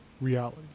reality